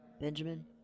Benjamin